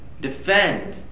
defend